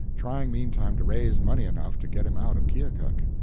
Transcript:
trying meantime to raise money enough to get him out of keokuk.